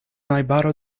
najbaro